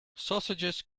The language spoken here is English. sausages